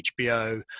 hbo